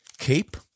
Cape